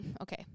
Okay